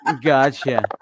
gotcha